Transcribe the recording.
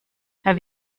herr